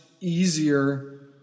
easier